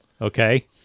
Okay